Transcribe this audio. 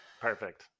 perfect